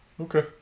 Okay